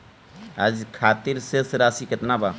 आज खातिर शेष राशि केतना बा?